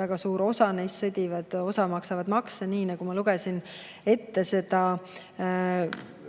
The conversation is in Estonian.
Väga suur osa neist sõdivad, osa maksavad makse, nii nagu ma lugesin ette sellest